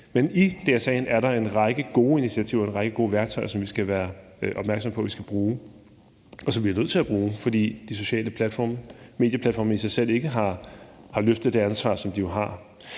Men i DSA'en er der en række gode initiativer, en række gode værktøjer, som vi skal være opmærksomme på at vi skal bruge, og som vi er nødt til at bruge, fordi de sociale medieplatforme i sig selv ikke har løftet det ansvar, som de jo har.